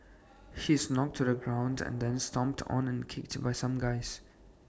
he is knocked to the ground and then stomped on and kicked by some guys